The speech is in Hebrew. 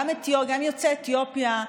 גם יוצאי אתיופיה.